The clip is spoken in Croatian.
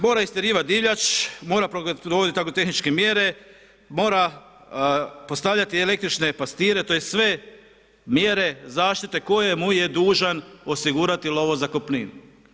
Mora istjerivat divljač, mora provoditi agrotehničke mjere, mora postavljati električne pastire, to je sve mjere zaštite koje mu je dužan osigurati lovozakupninu.